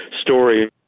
story